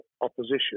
opposition